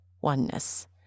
oneness